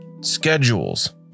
schedules